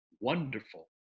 wonderful